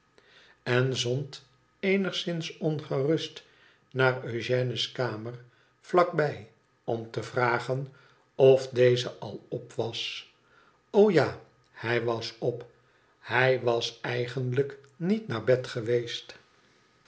en zond eenigszms ongerust naar eugène's kamer vlsk bij om te vragen of deze al op was o ja hij was op hij was eigenlijk niet naar bed geweest